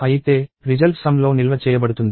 అయితే result sum లో నిల్వ చేయబడుతుంది